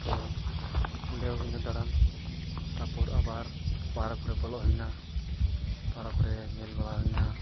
ᱛᱚ ᱚᱸᱰᱮ ᱦᱩᱭᱮᱱᱟ ᱫᱟᱲᱟᱱ ᱛᱟᱯᱚᱨ ᱟᱵᱟᱨ ᱯᱟᱨᱠ ᱨᱮ ᱵᱚᱞᱚᱜ ᱦᱩᱭᱮᱱᱟ ᱯᱟᱨᱟᱠ ᱨᱮ ᱧᱮᱞ ᱵᱟᱲᱟ ᱦᱩᱭᱮᱱᱟ